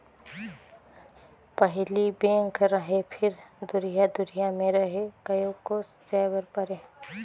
पहिली बेंक रहें फिर दुरिहा दुरिहा मे रहे कयो कोस जाय बर परे